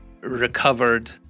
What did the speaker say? recovered